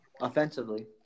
offensively